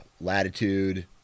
Latitude